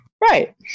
right